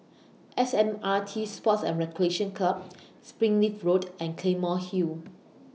S M R T Sports and Recreation Club Springleaf Road and Claymore Hill